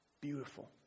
beautiful